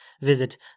visit